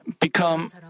become